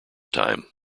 time